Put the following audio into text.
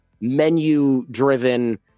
menu-driven